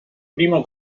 primo